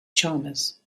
chalmers